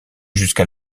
jusqu’à